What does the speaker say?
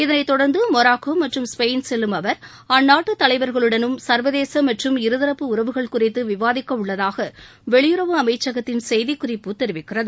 இதனைத் தொடர்ந்து மொராக்கோ மற்றும் ஸ்பெயின் செல்லும் அவர் அந்நாட்டு தலைவர்களுடனும் ச்வதேச மற்றும் இருதரப்பு உறவுகள் குறித்து விவாதிக்க உள்ளதாக வெளியுறவு அமைச்சகத்தின் செய்திக்குறிப்பு தெரிவிக்கிறது